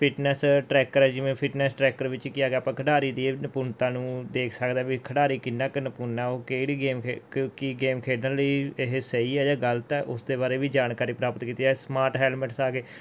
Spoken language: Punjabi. ਫਿੱਟਨੈੱਸ ਟ੍ਰੈਕਰ ਹੈ ਜਿਵੇਂ ਫਿੱਟਨੈੱਸ ਟ੍ਰੈਕਰ ਵਿੱਚ ਕੀ ਹੈਗਾ ਆਪਾਂ ਖਿਡਾਰੀ ਦੀ ਨਿਪੁੰਨਤਾ ਨੂੰ ਦੇਖ ਸਕਦੇ ਵੀ ਖਿਡਾਰੀ ਕਿੰਨਾ ਕੁ ਨਿਪੁੰਨ ਹੈ ਉਹ ਕਿਹੜੀ ਗੇਮ ਖੇ ਕ ਕੀ ਗੇਮ ਖੇਡਣ ਲਈ ਇਹ ਸਹੀ ਹੈ ਜਾਂ ਗਲਤ ਹੈ ਉਸ ਦੇ ਬਾਰੇ ਵੀ ਜਾਣਕਾਰੀ ਪ੍ਰਾਪਤ ਕੀਤੀ ਜਾਵੇ ਸਮਾਟ ਹੈਲਮਟਸ ਆ ਗਏ